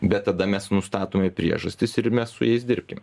bet tada mes nustatome priežastis ir mes su jais dirbkim